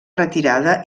retirada